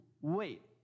wait